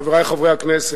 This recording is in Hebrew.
תודה רבה, חברי חברי הכנסת,